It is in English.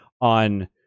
on